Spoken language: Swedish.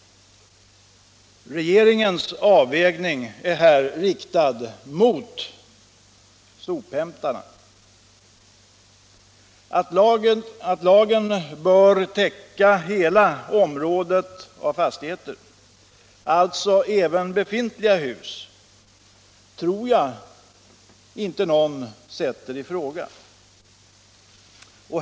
Regeringens avvägning är här riktad mot sophämtarna. Att lagen bör täcka hela området av fastigheter — alltså även befintliga hus — tror jag inte någon sätter i fråga.